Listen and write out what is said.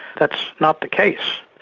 that's not the case.